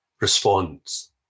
responds